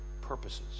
purposes